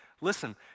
Listen